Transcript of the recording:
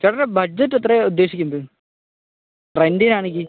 ചേട്ടൻ്റെ ബഡ്ജറ്റ് എത്രയാണ് ഉദ്ദേശിക്കുന്നത് റെന്റിനാണെങ്കിൽ